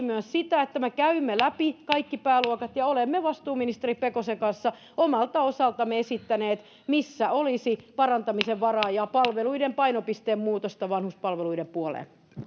myös sitä että me käymme läpi kaikki pääluokat ja olemme vastuuministeri pekosen kanssa omalta osaltamme esittäneet missä olisi parantamisen varaa ja palveluiden painopisteen muutosta vanhuspalveluiden puoleen